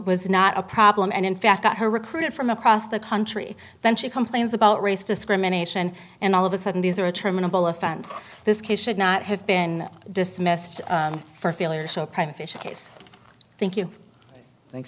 was not a problem and in fact got her recruited from across the country then she complains about race discrimination and all of a sudden these are terminable offense this case should not have been dismissed for failure so private fisher case thank you thanks